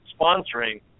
sponsoring